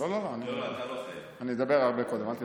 הרבה קודם, אל תדאג.